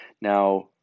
Now